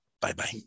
Bye-bye